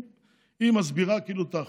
היא מסבירה כאילו את ההחלטות,